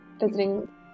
visiting